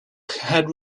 had